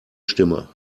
stimme